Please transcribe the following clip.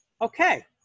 Okay